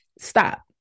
stop